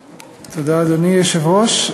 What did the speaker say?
לך, אדוני יושב-ראש הקואליציה,